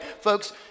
Folks